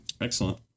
Excellent